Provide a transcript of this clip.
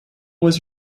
was